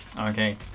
Okay